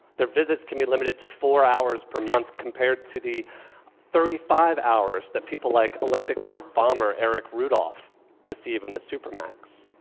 their visits can be limited to four hours per month, compared to the thirty five hours that people like olympic park bomber eric rudolph receive in the supermax.